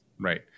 right